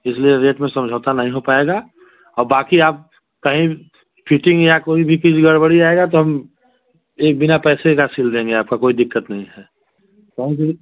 इसलिए रेट में समझौता नहीं हो पाएगा और बाकि आप कहीं भी फिटिंग या कोई भी चीज़ गड़बड़ी आएगा तो हम एक बिना पैसे का सिल देंगे आपका कोई दिक्कत नहीं है